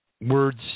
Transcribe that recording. words